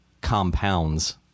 compounds